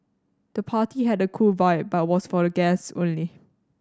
the party had a cool vibe but was for the guests only